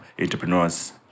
entrepreneurs